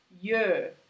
year